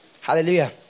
Hallelujah